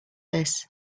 this